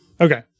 Okay